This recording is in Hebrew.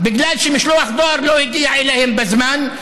בגלל שמשלוח דואר לא הגיע אליהם בזמן,